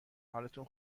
حالتون